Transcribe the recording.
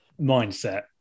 mindset